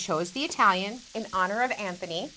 chose the italian in honor of anthony